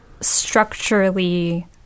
structurally